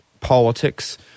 politics